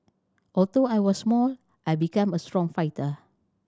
although I was small I became a strong fighter